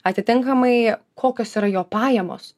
atitinkamai kokios yra jo pajamos